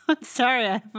Sorry